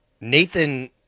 Nathan